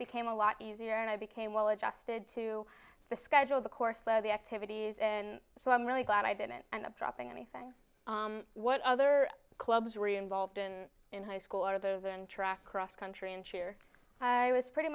became a lot easier and i became well adjusted to the schedule of the course lead the activities and so i'm really glad i didn't end up dropping anything what other clubs re involved in in high school or those and track cross country and cheer i was pretty